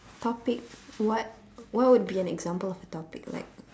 topic what what would be an example of a topic like